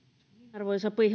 arvoisa